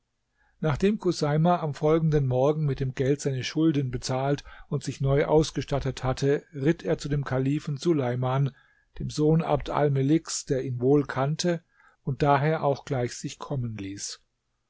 nachdem chuseima am folgenden morgen mit dem geld seine schulden bezahlt und sich neu ausgestattet hatte ritt er zu dem kalifen suleiman dem sohn abd almeliks der ihn wohl kannte und daher auch gleich sich kommen ließ